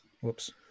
Whoops